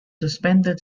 suspended